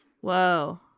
Whoa